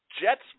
Jets